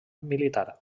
militar